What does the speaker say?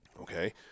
okay